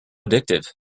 addictive